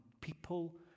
people